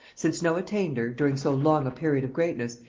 since no attainder, during so long a period of greatness,